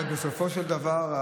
אבל בסופו של דבר,